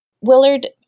Willard